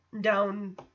down